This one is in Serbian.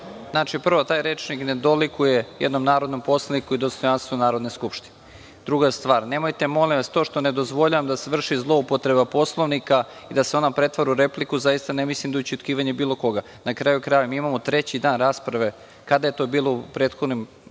prvo taj rečnik ne dolikuje jednom narodnom poslaniku i dostojanstvu Narodne skupštine. Druga stvar, nemojte molim vas, to što ne dozvoljavam da se vrši zloupotreba Poslovnika i da se ona pretvara u repliku, zaista ne mislim da je ućutkivanje bilo koga. Na kraju krajeva, mi imamo treći dan rasprave, a kada je to bilo u prethodnim